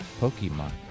Pokemon